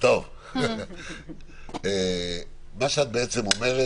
מה שאת בעצם אומרת,